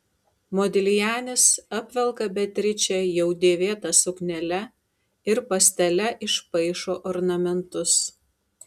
modiljanis apvelka beatričę jau dėvėta suknele ir pastele išpaišo ornamentus